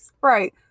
right